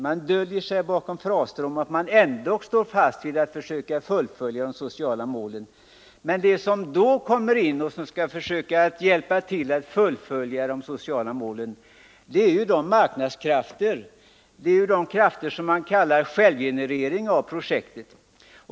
Man döljer sig bakom fraser om att man ändock vill stå fast vid att försöka fullfölja de sociala målsättningarna. Men vad som kommer in för att hjälpa till att fullfölja de sociala målsättningarna är marknadskrafter, krafter som man kallar självgenerering av projektet.